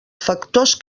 factors